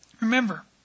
Remember